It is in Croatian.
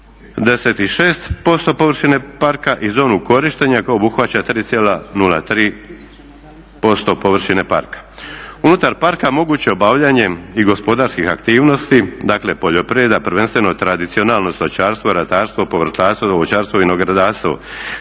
površine parka i zonu korištenja koja obuhvaća 3,03% površine parka. Unutar parka moguće je obavljanje i gospodarskih aktivnosti, dakle poljoprivreda prvenstveno, tradicionalno stočarstvo, ratarstvo, povrtlarstvo, vinogradarstvo,